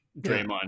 Draymond